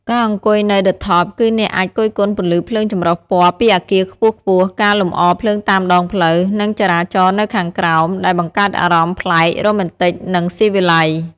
ការអង្គុយនៅ ឌឹ ថប់ គឺអ្នកអាចគយគន់ពន្លឺភ្លើងចម្រុះពណ៌ពីអគារខ្ពស់ៗ ការលម្អរភ្លើងតាមដងផ្លូវ និងចរាចរណ៍នៅខាងក្រោម ដែលបង្កើតអារម្មណ៍ប្លែក រ៉ូមែនទិក និងស៊ីវិល័យ។